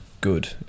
good